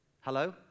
Hello